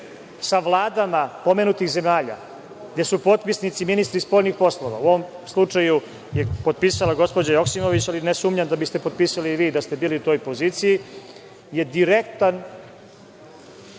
sa vladama pomenutih zemalja, gde su potpisnici ministri spoljnih poslova, u ovom slučaju je potpisala gospođa Joksimović, ali ne sumnja da bi ste potpisali i vi da ste bili u toj poziciji je direktno